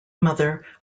mother